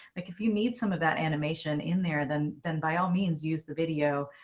like if you need some of that animation in there, then then by all means use the video.